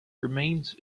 remains